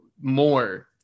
more